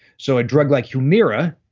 so a drug like humira,